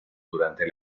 durante